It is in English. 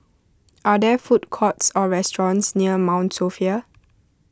are there food courts or restaurants near Mount Sophia